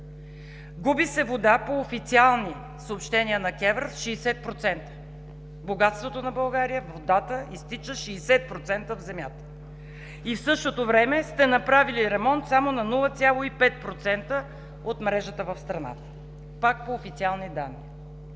и водно регулиране, 60%. Богатството на България – водата, изтича 60% в земята! И в същото време сте направили ремонт само на 0,5% от мрежата в страната, пак по официални данни.